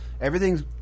everything's